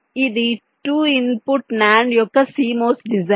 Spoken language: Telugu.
ఇది రెండు ఇన్పుట్ NAND యొక్క CMOS డిజైన్